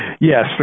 Yes